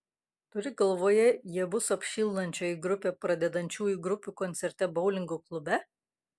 turi galvoje jie bus apšildančioji grupė pradedančiųjų grupių koncerte boulingo klube